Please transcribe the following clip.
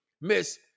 Miss